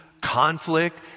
conflict